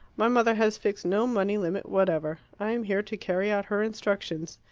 my mother has fixed no money limit whatever. i am here to carry out her instructions.